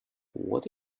what